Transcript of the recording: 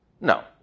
No